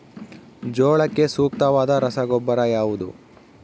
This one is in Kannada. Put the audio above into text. ಜೋಳಕ್ಕೆ ಸೂಕ್ತವಾದ ರಸಗೊಬ್ಬರ ಯಾವುದು?